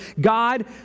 God